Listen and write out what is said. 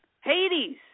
Hades